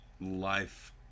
life